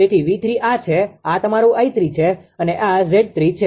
તેથી 𝑉3 આ છે આ તમારું 𝐼3 છે અને આ 𝑍3 છે